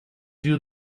you